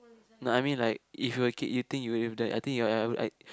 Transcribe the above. no I mean like if you were a kid you think you would have died I think you're I